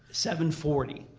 seven forty,